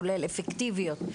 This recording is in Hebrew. כולל אפקטיביות,